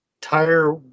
tire